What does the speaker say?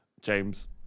James